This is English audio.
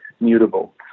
mutable